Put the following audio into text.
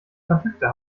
kontakte